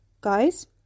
Guys